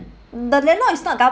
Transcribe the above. the landlord is not government